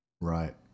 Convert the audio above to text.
Right